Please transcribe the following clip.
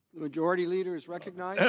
majority leader is recognized.